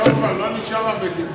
כבר לא נשאר הרבה.